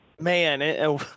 Man